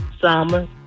Summer